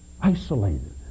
Isolated